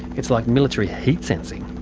it's like military heat sensing,